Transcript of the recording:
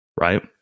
right